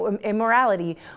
immorality